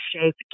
shape